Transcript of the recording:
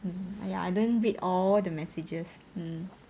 um ya I don't read all the messages um